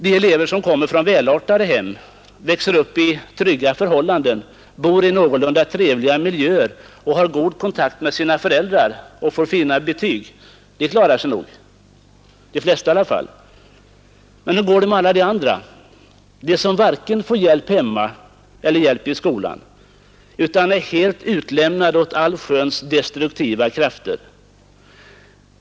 De elever som kommer från välartade hem, växer upp i trygga förhållanden, bor i någorlunda trevliga miljöer, har god kontakt med sina föräldrar och får fina betyg, de klarar sig nog, de flesta i alla fall. Men hur går det med alla de andra, som varken får hjälp hemma eller hjälp i skolan utan är helt utlämnade åt allsköns destruktiva krafter?